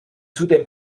zudem